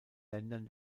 ländern